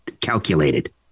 calculated